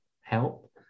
help